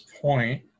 point